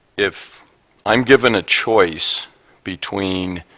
if i am given a choice between